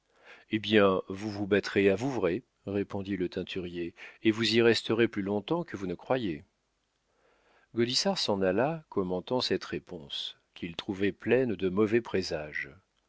hé bien vous vous battrez à vouvray répondit le teinturier et vous y resterez plus long-temps que vous ne croyez gaudissart s'en alla commentant cette réponse qu'il trouvait pleine de mauvais présages